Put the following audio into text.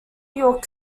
york